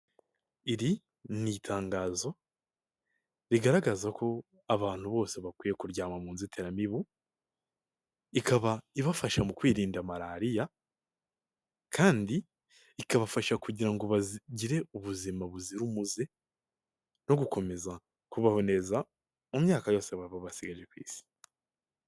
Iri ni itangazo rigaragaza ko abantu bose bakwiye kuryama mu nzitiramibu. Ikaba ibafasha mu kwirinda Malariya kandi ikabafasha kugira ngo bagire ubuzima buzira umuze no gukomeza kubaho neza mu myaka yose baba basigaje ku isi.